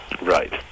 right